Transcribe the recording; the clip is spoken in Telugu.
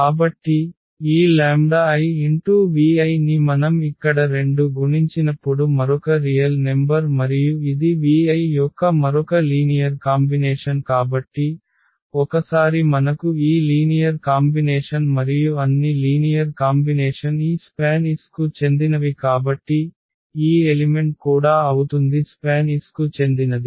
కాబట్టి ఈ ivi ని మనం ఇక్కడ రెండు గుణించినప్పుడు మరొక రియల్ నెంబర్ మరియు ఇది vi యొక్క మరొక లీనియర్ కాంబినేషన్ కాబట్టి ఒకసారి మనకు ఈ లీనియర్ కాంబినేషన్ మరియు అన్ని లీనియర్ కాంబినేషన్ ఈ SPAN S కు చెందినవి కాబట్టి ఈ ఎలిమెంట్ కూడా అవుతుంది SPAN S కు చెందినది